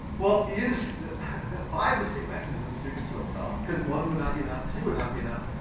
well, it uses five distinct mechanisms to conceal itself, because one would not be enough, two would not be enough.